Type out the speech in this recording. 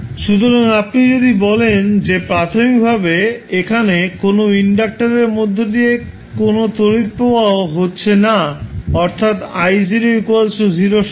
সুতরাং আপনি যদি বলেন যে প্রাথমিকভাবে এখানে কোনও ইন্ডাক্টারের মধ্য দিয়ে কোন তড়িৎ প্রবাহ হচ্ছে না অর্থাৎ i0 এর সমান